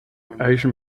asian